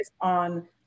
on